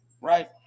right